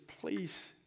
please